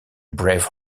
brave